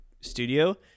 studio